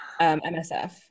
MSF